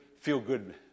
feel-good